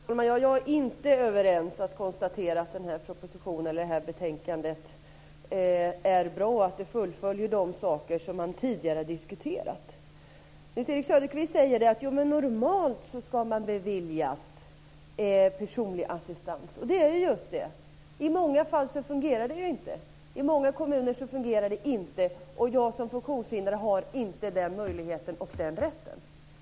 Fru talman! Jag är inte överens med Nils-Erik Söderqvist om att propositionen eller betänkandet är bra och att de fullföljer de saker som tidigare har diskuterats. Nils-Erik Söderqvist säger att normalt ska man beviljas personlig assistans. Det är just det - i många fall fungerar det inte. I många kommuner fungerar det inte, och den funktionshindrade har inte den möjligheten och den rätten.